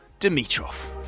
Dimitrov